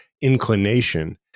inclination